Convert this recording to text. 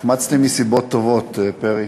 החמצתי מסיבות טובות, פרי.